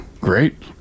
Great